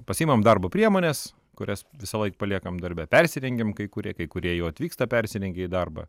pasiimam darbo priemones kurias visąlaik paliekame darbe persirengiam kai kurie kai kurie jau atvyksta persirengę į darbą